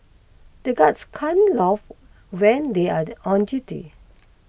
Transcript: the guards can't laugh when they are on duty